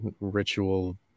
ritual